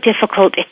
difficult